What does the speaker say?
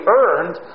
earned